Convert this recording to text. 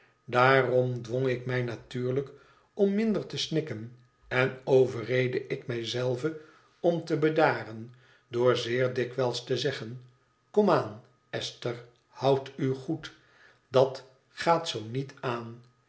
daarom dwong ik mij natuurlijk om minder te snikken en overreedde ik mij zelve om te bedaren door zeer dikwijls te zeggen kom aan esther houd u goed dat gaat zoo niet aan